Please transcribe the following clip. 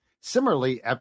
similarly